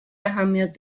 اهمیت